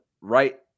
right